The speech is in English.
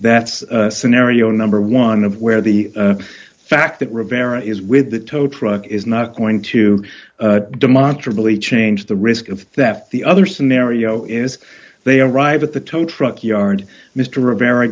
that's scenario number one of where the fact that rivera is with the tow truck is not going to demonstrably change the risk of that the other scenario is they arrive at the tow truck yard mr rivera